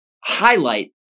highlight